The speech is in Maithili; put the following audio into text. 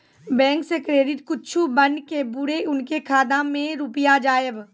बैंक से क्रेडिट कद्दू बन के बुरे उनके खाता मे रुपिया जाएब?